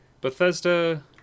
bethesda